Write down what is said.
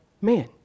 man